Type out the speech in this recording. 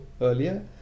earlier